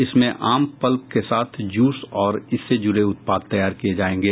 इसमें आम पल्प के साथ जूस और इससे जूड़े उत्पाद तैयार किये जायेंगे